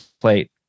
plate